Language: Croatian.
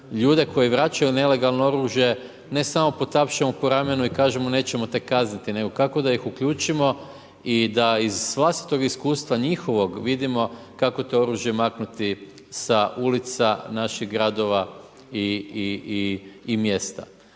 ljude, koji vraćaju nelegalno oružje, ne samo potapšamo po ramenu i kažemo, nećemo te kazniti, nego kako da ih uključimo i da iz vlastitog iskustva, njihovog vidimo, kako to oružje maknuti, sa ulica naših gradova i mjesta.